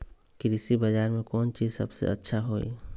कृषि बजार में कौन चीज सबसे अच्छा होई?